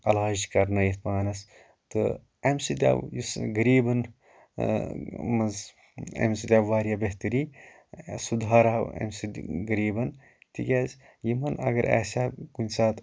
علاج کَرنٲیِتھ پانَس تہٕ امۍ سۭتۍ آو یُس غٔریٖبَن منٛز امہِ سۭتۍ آو واریاہ بہتٕری سُدھار آو اَمہ سۭتۍ غٔریٖبَن تِکیاز یِمن اگر آسِہا کُنہِ ساتہٕ